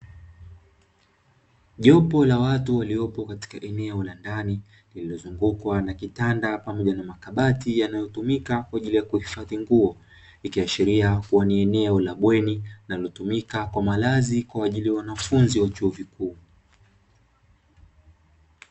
Jopo la watu waliopo katika eneo la ndani lililozungukwa na kitanda pamoja na makabati yanayotumika kwa ajili ya kuhifadhi nguo, ikiashiria kuwa ni eneo la bweni na linalotumika kwa malazi kwa ajili ya wanafunzi wa chuo kikuu.